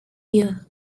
year